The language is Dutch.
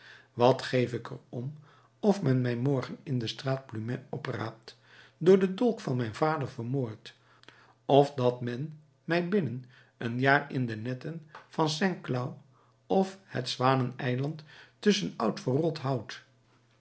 wat geef ik er om of men mij morgen in de straat plumet opraapt door den dolk van mijn vader vermoord of dat men mij binnen een jaar in de netten van saint cloud of bij het zwaneneiland tusschen oud verrot hout